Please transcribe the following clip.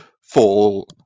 fall